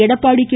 Edappadi K